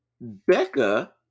Becca